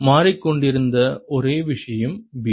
மாறிக்கொண்டிருந்த ஒரே விஷயம் B